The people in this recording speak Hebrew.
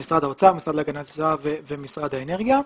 משרד האוצר, המשרד להגנת הסביבה ומשרד האנרגיה.